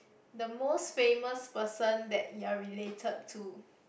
the most famous person that you are related to